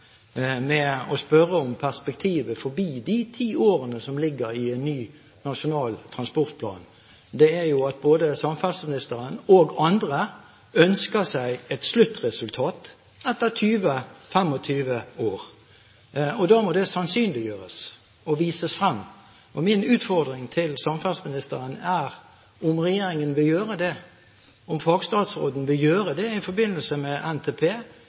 med å spørre om perspektivet forbi de ti årene som ligger i en ny nasjonal transportplan, er at både samferdselsministeren og andre ønsker seg et sluttresultat etter 20–25 år. Da må det sannsynliggjøres og vises frem. Min utfordring til samferdselsministeren er om hun og regjeringen vil gjøre det i forbindelse med NTP